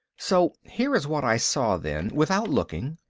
so here is what i saw then without looking,